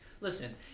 Listen